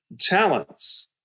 talents